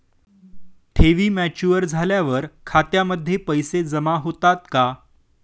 ठेवी मॅच्युअर झाल्यावर खात्यामध्ये पैसे जमा होतात का?